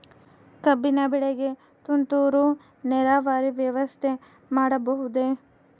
ಕಬ್ಬಿನ ಬೆಳೆಗೆ ತುಂತುರು ನೇರಾವರಿ ವ್ಯವಸ್ಥೆ ಮಾಡಬಹುದೇ?